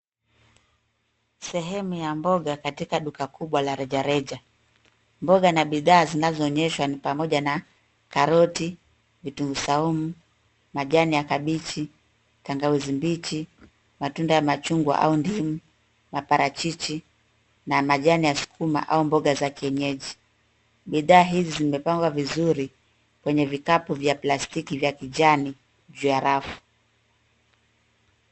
Sehemu ya mboga katika duka kubwa la rejareja. Mboga na bidhaa zinazonyeshwa ni pamoja na karoti, vitunguu saumu, majani ya kabichi, tangawizi mbichi, matunda ya machungwa, maparachichi, na majani ya sukuma au mboga za kienyeji. Bidhaa hizi zimepangwa vizuri kwenye vikapu vya plastiki vya kijani juu ya rafu.